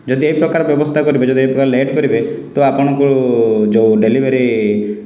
ଯଦି ଏ ପ୍ରକାର ବ୍ୟବସ୍ଥା କରିବେ ଏ ପ୍ରକାର ଲେଟ୍ କରିବେ ତ ଆପଣଙ୍କୁ ଯେଉଁ ଡେଲିଭରି